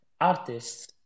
artists